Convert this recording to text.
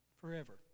forever